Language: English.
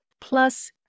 Plus